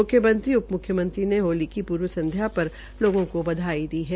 मुख्यमंत्री उप मुख्यमंत्री ने होली की पूर्व संध्या पर लोगों को बधाई दी है